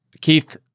Keith